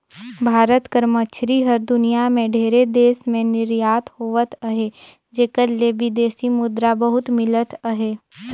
भारत कर मछरी हर दुनियां में ढेरे देस में निरयात होवत अहे जेकर ले बिदेसी मुद्रा बहुत मिलत अहे